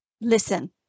listen